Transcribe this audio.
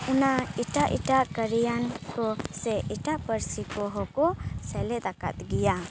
ᱚᱱᱟ ᱮᱴᱟᱜ ᱮᱴᱟᱜ ᱠᱟᱨᱤᱭᱟᱱ ᱠᱚ ᱥᱮ ᱮᱴᱟᱜ ᱯᱟᱹᱨᱥᱤ ᱠᱚᱦᱚᱸ ᱠᱚ ᱥᱮᱞᱮᱫ ᱟᱠᱟᱫ ᱜᱮᱭᱟ